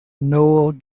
noel